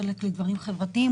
חלק לדברים חברתיים,